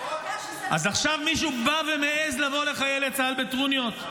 --- אז עכשיו מישהו בא ומעז לבוא לחיילי צה"ל בטרוניות?